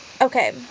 Okay